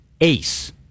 ace